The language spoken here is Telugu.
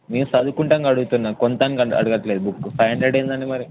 మీరు చదుకోవడానికి అడుగుతున్నాను సొంతంకి అడగట్లేదు బుక్ ఫైవ్ హండ్రెడ్ ఏంది అని మరి